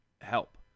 help